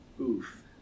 Oof